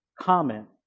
comment